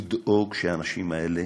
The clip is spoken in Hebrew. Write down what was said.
לדאוג שהאנשים האלה,